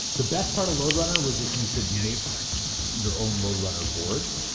the best part of lode runner was that you could make your own lode runner boards,